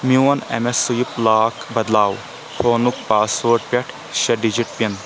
میون ایٚم swipe lock بدلاو فونُک پاس وٲڈ پٮ۪ٹھ شےٚ ڈِجِٹ پِن